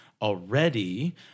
Already